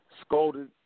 scolded